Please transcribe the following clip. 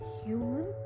human